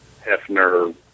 Hefner